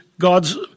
God's